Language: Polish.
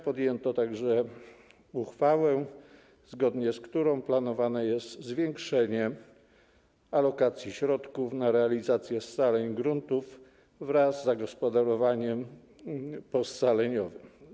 Podjęło także uchwałę, zgodnie z którą planowane jest zwiększenie alokacji środków na realizację scaleń gruntów wraz z zagospodarowaniem poscaleniowym.